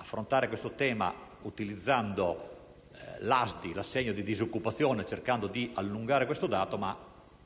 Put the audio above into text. affrontare questo tema utilizzando l'ASDI, l'assegno di disoccupazione, cercando di prolungare questo istituto, ma